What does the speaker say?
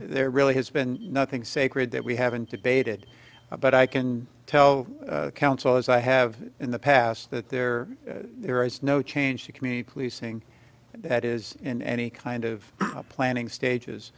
there really has been nothing sacred that we haven't debated but i can tell counsel as i have in the past that there there is no change to community policing that is in any kind of planning stages